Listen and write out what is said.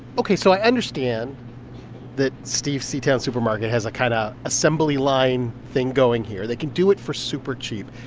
ok, so i understand that steve's c-town supermarket has a kind of assembly line thing going here. they can do it for super cheap.